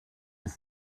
ist